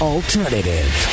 Alternative